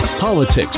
politics